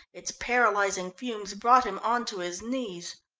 its paralysing fumes brought him on to his knees.